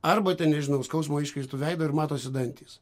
arba ten nežinau skausmo iškreiptu veidu ir matosi dantys